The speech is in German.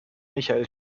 michael